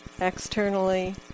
externally